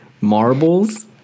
Marbles